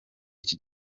iki